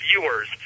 viewers